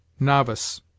Novice